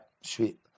sweet